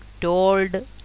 told